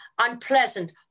unpleasant